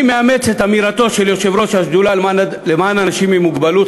אני מאמץ את אמירתו של יושב-ראש השדולה למען אנשים עם מוגבלות,